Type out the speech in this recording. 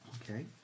Okay